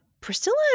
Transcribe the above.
Priscilla